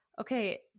Okay